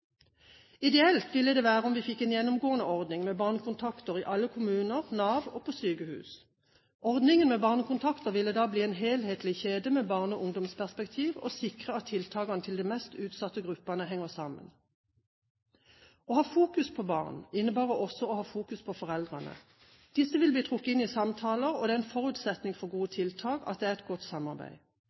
Ideelt ville det være om vi fikk en gjennomgående ordning med barnekontakter i alle kommunene, i Nav og på sykehus. Ordningen med barnekontakter ville da bli en helhetlig kjede med barne- og ungdomsperspektiv og sikre at tiltakene til de mest utsatte gruppene henger sammen. Å ha fokus på barn innebærer også å ha fokus på foreldrene. Disse vil bli trukket inn i samtaler, og det er en forutsetning for gode tiltak at det er et godt samarbeid.